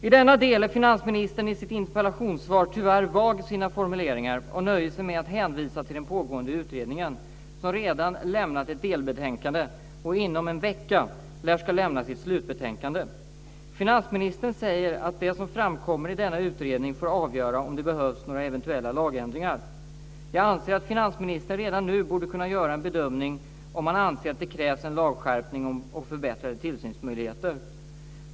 I denna del är finansministern i sitt interpellationssvar tyvärr vag i sina formuleringar och nöjer sig med att hänvisa till den pågående utredningen, som redan lämnat ett delbetänkande och som inom en vecka ska lämna sitt slutbetänkande. Finansministern säger att det som framkommer i denna utredning får avgöra om det behövs några eventuella lagändringar. Jag anser att finansministern redan nu borde kunna göra en bedömning om han anser att det krävs en lagskärpning och förbättrade tillsynsmöjligheter.